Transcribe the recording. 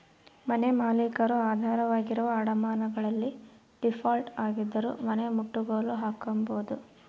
ಮನೆಮಾಲೀಕರು ಆಧಾರವಾಗಿರುವ ಅಡಮಾನಗಳಲ್ಲಿ ಡೀಫಾಲ್ಟ್ ಆಗಿದ್ದರೂ ಮನೆನಮುಟ್ಟುಗೋಲು ಹಾಕ್ಕೆಂಬೋದು